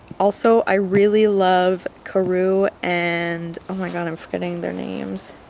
also i really love karou and. oh my god i'm forgetting their names,